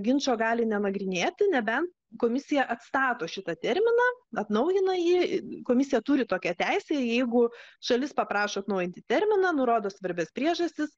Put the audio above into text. ginčo gali nenagrinėti neben komisija atstato šitą terminą atnaujina jį komisija turi tokią teisę jeigu šalis paprašo atnaujinti terminą nurodo svarbias priežastis